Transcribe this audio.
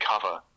cover